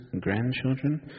grandchildren